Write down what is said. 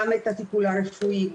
גם את הטיפול הרפואי,